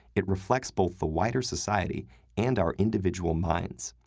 it reflects both the wider society and our individual minds.